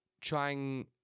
trying